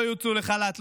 לא יוצאו לחל"ת,